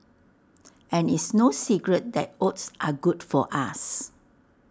and it's no secret that oats are good for us